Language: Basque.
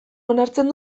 onartzen